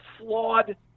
flawed